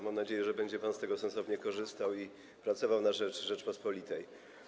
Mam nadzieję, że będzie pan z tego sensownie korzystał i pracował na rzecz Rzeczypospolitej.